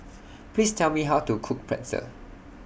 Please Tell Me How to Cook Pretzel